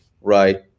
right